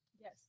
yes